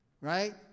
right